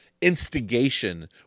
instigation